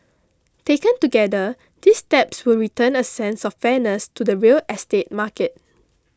taken together these steps will return a sense of fairness to the real estate market